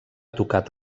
tocat